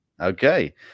Okay